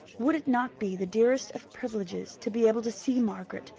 would it not be the dearest of privileges to be able to see margaret,